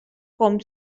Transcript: com